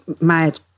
mad